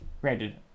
granted